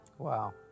Wow